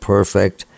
Perfect